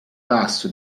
tasso